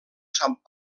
sant